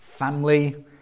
Family